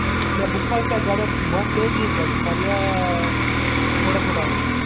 क्या बुखार क्या ज़्यादा बहुत तेज है क्या बुखार या थोड़ा थोड़ा है